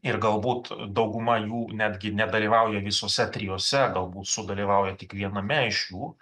ir galbūt dauguma jų netgi nedalyvauja visuose trijuose galbūt sudalyvauja tik viename iš jų